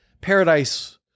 Paradise